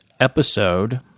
episode